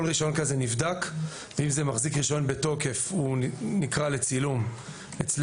כל רישיון כזה נבדק ואם זה מחזיק רישיון בתוקף הוא נקרא לצילום אצלנו,